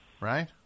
right